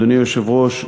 אדוני היושב-ראש,